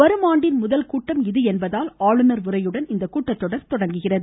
வரும் ஆண்டின் முதற்கூட்டம் இது என்பதால் ஆளுநர் உரையுடன் இந்தக் கூட்டத்தொடர் தொடங்குகிறது